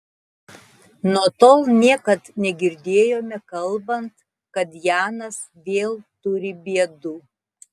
nuo tol niekad negirdėjome kalbant kad janas vėl turi bėdų